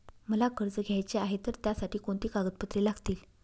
मला कर्ज घ्यायचे आहे तर त्यासाठी कोणती कागदपत्रे लागतील?